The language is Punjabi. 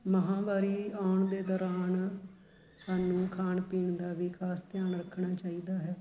ਮਹਾਂਵਾਰੀ ਆਉਣ ਦੇ ਦੌਰਾਨ ਸਾਨੂੰ ਖਾਣ ਪੀਣ ਦਾ ਵੀ ਖਾਸ ਧਿਆਨ ਰੱਖਣਾ ਚਾਹੀਦਾ ਹੈ